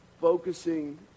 focusing